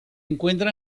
encuentra